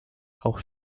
auch